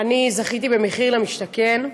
זכיתי במחיר למשתכן.